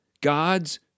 God's